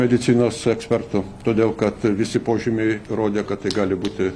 medicinos ekspertų todėl kad visi požymiai rodė kad tai gali būti